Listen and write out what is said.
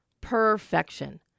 Perfection